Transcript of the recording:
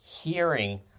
hearing